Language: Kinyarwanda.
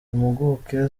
impuguke